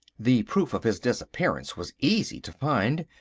the proof of his disappearance was easy to find.